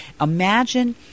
Imagine